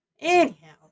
Anyhow